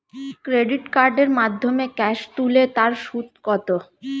Credit কার্ডের মাধ্যমে cash তুলে তার সুদ কত?